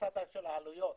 בצד העלויות